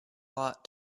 lot